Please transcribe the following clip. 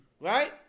Right